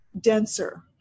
denser